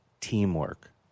teamwork